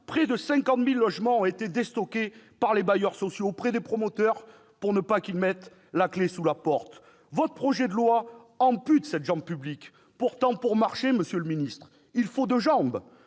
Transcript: près de 50 000 logements ont été déstockés par les bailleurs sociaux auprès des promoteurs pour qu'ils ne mettent pas la clé sous la porte. Votre projet de loi ampute cette jambe publique. Pourtant, pour marcher, il faut les deux jambes